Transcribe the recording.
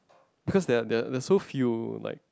because there there're there're so few like